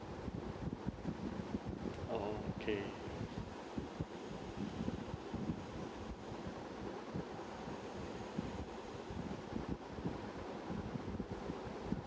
oh okay